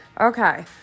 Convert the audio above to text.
Okay